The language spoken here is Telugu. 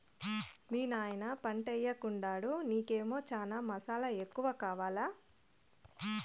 మీ నాయన పంటయ్యెకుండాడు నీకేమో చనా మసాలా ఎక్కువ కావాలా